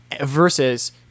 versus